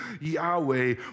Yahweh